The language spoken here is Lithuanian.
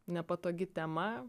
nepatogi tema